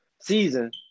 season